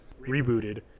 Rebooted